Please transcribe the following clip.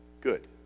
Good